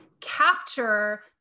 capture